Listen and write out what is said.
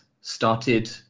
started